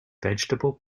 vegetable